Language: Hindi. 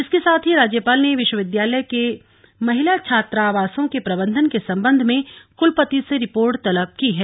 इसके साथ ही राज्यपाल ने विश्वविद्यालय के महिला छात्रावासों के प्रबंधन के संबंध में कुलपति से रिपोर्ट तलब की है